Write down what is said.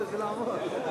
התשע"ב 2012, נתקבלה.